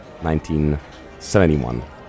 1971